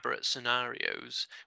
scenarios